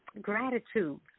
gratitude